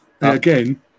Again